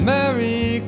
Merry